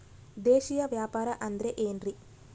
ದೇಶೇಯ ವ್ಯಾಪಾರ ಅಂದ್ರೆ ಏನ್ರಿ?